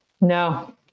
no